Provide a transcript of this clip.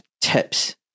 tips